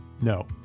No